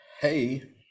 hey